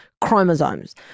chromosomes